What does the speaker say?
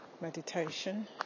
meditation